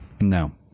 No